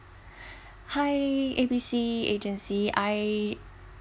hi A B C agency I